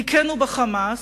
הכינו ב"חמאס",